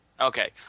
Okay